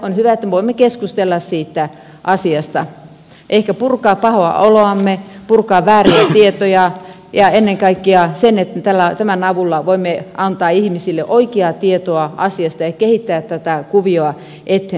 on hyvä että voimme keskustella siitä asiasta ehkä purkaa pahaa oloamme purkaa vääriä tietoja ja ennen kaikkea tämän avulla voimme antaa ihmisille oikeaa tietoa asiasta ja kehittää tätä kuviota eteenpäin